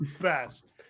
best